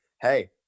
hey